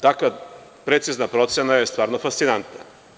Takva precizna procena je stvarno fascinantna.